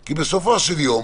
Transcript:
כי בסופו של יום